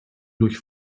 durch